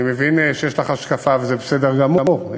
אני מבין שיש לך השקפה, וזה בסדר גמור.